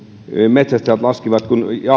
metsästäjät laskivat kun